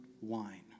wine